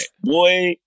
boy